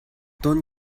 don’t